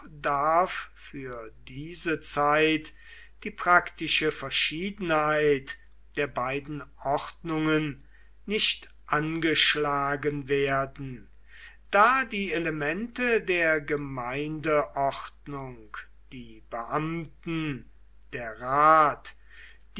darf für diese zeit die praktische verschiedenheit der beiden ordnungen nicht angeschlagen werden da die elemente der gemeindeordnung die beamten der rat